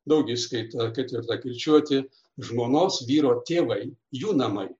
daugiskaita ketvirta kirčiuoti žmonos vyro tėvai jų namai